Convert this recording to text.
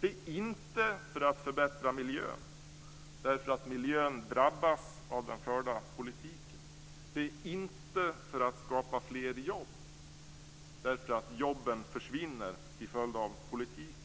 Det är inte för att förbättra miljön, därför att miljön drabbas av den förda politiken. Det är inte för att skapa fler jobb, därför att jobben försvinner till följd av politiken.